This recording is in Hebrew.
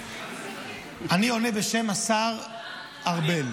אני עונה בשם שר הפנים ארבל.